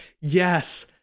Yes